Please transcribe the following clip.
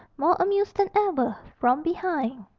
more amused than ever, from behind.